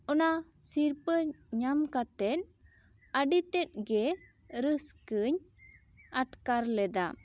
ᱚᱱᱟ ᱥᱤᱨᱯᱟᱹ ᱧᱟᱢ ᱠᱟᱛᱮᱜ ᱟᱹᱰᱤ ᱛᱮᱫ ᱜᱮ ᱨᱟᱹᱥᱠᱟᱹᱧ ᱟᱴᱠᱟᱨ ᱞᱮᱫᱟ